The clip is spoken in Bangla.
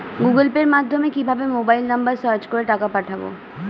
গুগোল পের মাধ্যমে কিভাবে মোবাইল নাম্বার সার্চ করে টাকা পাঠাবো?